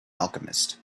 alchemist